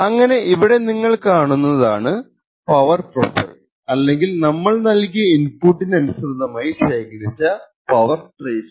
അങ്ങനെ ഇവിടെ നിങ്ങൾ ഈ കാണുന്നതാണ് പവർ പ്രൊഫൈൽ അല്ലെങ്കിൽ നമ്മൾ നൽകിയ ഇൻപുട്ടിന് അനുസൃതമായി ശേഖരിച്ച പവർ ട്രേസസ്സ്